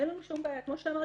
כמו שאמרתי,